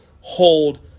hold